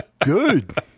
Good